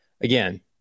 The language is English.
Again